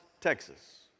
Texas